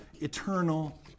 eternal